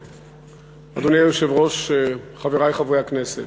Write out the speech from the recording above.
אדוני היושב-ראש, חברי חברי הכנסת,